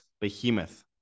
behemoth